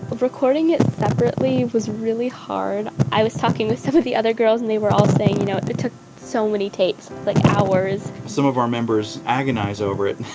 recording it separately was really hard. i was talking with some of the other girls. and they were all saying, you know, it took so many takes, like, hours. some of our members agonized over it.